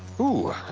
hoo.